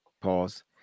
Pause